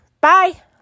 Bye